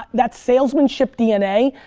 that's salesmanship dna,